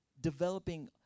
developing